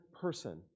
person